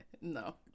No